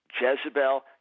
Jezebel